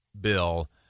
bill